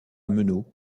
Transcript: meneaux